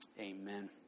Amen